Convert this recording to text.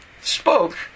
spoke